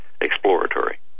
exploratory